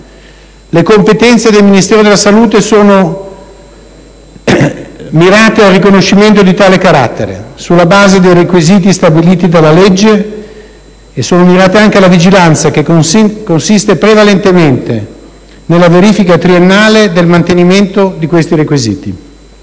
Le competenze del Ministero della salute sono mirate al riconoscimento di tale carattere, sulla base dei requisiti stabiliti dalla legge, ed alla vigilanza, che consiste prevalentemente nella verifica triennale del mantenimento dei suddetti requisiti.